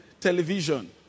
television